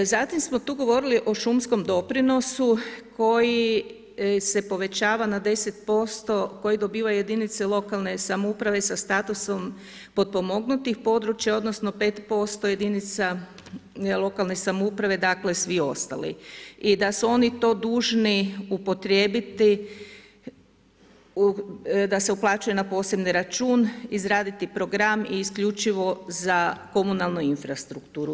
Zatim smo tu govorili o šumskom doprinosu koji se povećava na 10% koji dobivaju jedinice lokalne samouprave sa statusom potpomognutih područja odnosno 5% jedinica lokalne samouprave dakle, svi ostali i da su oni to dužni upotrijebiti, da se uplaćuje na posebni račun, izraditi program i isključivo za komunalnu infrastrukturu.